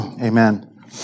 Amen